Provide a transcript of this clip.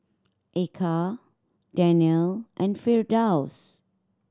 Eka Daniel and Firdaus